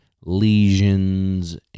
lesions